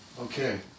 Okay